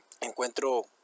encuentro